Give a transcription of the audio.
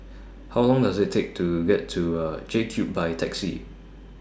How Long Does IT Take to get to J Cube By Taxi